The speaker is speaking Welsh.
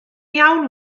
iawn